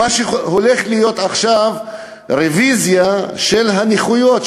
הולכת להיות עכשיו רוויזיה בנכויות,